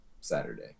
Saturday